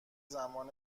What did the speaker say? زمان